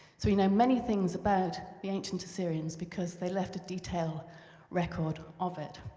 so we know many things about the ancient assyrians because they left a detailed record of it.